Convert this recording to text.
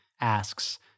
asks